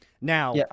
Now